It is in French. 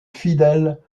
fidèle